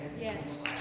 Yes